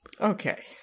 Okay